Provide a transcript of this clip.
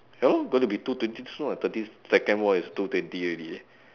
ya lor going to be two twenty soon [what] thirty second more is two twenty already